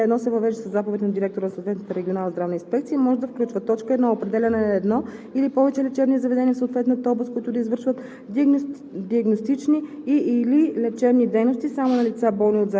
за определен период от време. (2) Временните мерки и дейности по ал. 1 се въвеждат със заповед на директора на съответната регионална здравна инспекция и може да включват: 1. определяне на едно или повече лечебни заведения в съответната област, които да извършват диагностични